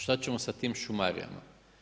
Šta ćemo sa tim šumarijama?